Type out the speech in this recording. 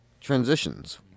Transitions